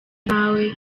nkawe